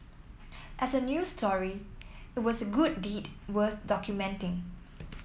as a news story it was a good deed worth documenting